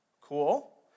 Cool